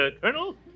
Colonel